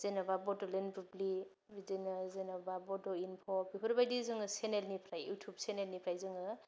जेन'बा बड'लेण्ड बुब्लि बिदिनो जेनोबा बड' इनफ' बिफोरबादि जोङो सेनेलनिफ्राय इउथुब सेनेलनिफ्राय जोङो